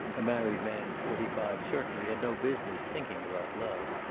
a married man of forty-five certainly had no business thinking about love.